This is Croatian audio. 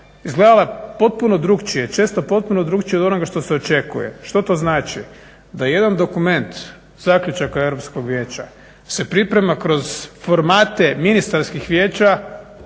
izgledala potpuno drukčije, često potpuno drukčije od onoga što se očekuje. Što to znači? Da jedan dokument, zaključak Europskog vijeća se priprema kroz formate ministarskih vijeća